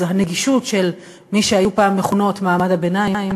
אז הנגישות של מי שהיו פעם מכונות מעמד הביניים